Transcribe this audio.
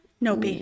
Nope